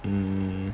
mm